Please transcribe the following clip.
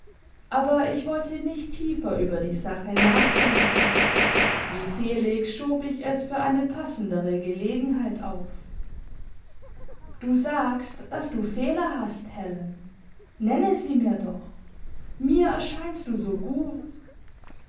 aber ich wollte nicht tiefer über die sache nachdenken wie felix schob ich es für eine passendere gelegenheit auf du sagst daß du fehler hast helen nenne sie mir doch mir erscheinst du so gut